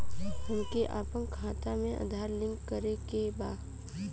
हमके अपना खाता में आधार लिंक करें के बा?